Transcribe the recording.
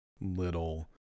little